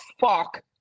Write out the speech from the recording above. fuck